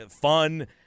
fun